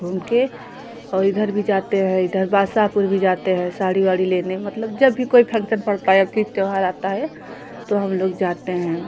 उनके और इधर भी जाते हैं इधर बादशाहपुर भी जाते हैं साड़ी वाड़ी लेने मतलब जब भी कोई फंक्सन पड़ता है तीज त्यौहार आता है तो हम लोग जाते हैं